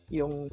yung